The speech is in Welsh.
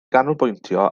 ganolbwyntio